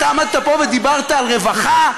אתה עמדת פה ודיברת על רווחה?